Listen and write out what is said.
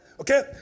Okay